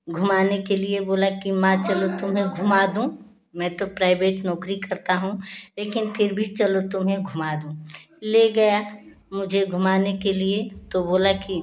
घुमाने के लिये बोला कि माँ चलो तुम्हें घूमा दूँ मैं तो प्राइवेट नौकरी करता हूँ लेकिन फिर भी चलो तुम्हें घूमा दूँ ले गया मुझे घुमाने के लिये तो बोला कि